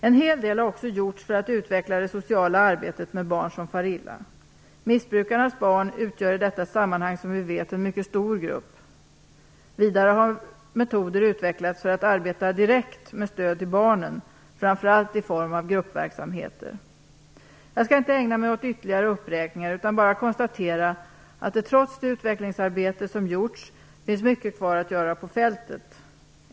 En hel del har också gjorts för att utveckla det sociala arbetet med barn som far illa. Missbrukarnas barn utgör som vi vet i detta sammanhang en mycket stor grupp. Vidare har metoder utvecklats för att man skall kunna arbeta direkt med stöd till barnen, framför allt i form av gruppverksamheter. Jag skall inte ägna mig åt ytterligare uppräkningar, utan bara konstatera att det trots det utvecklingsarbete som gjorts finns mycket kvar att göra på fältet.